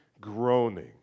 groaning